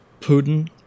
Putin